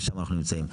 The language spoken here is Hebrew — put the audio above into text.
ושם אנחנו נמצאים,